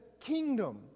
kingdom